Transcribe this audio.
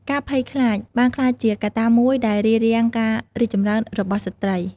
ការភ័យខ្លាចបានក្លាយជាកត្តាមួយដែលរារាំងការរីកចម្រើនរបស់ស្ត្រី។